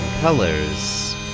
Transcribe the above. colors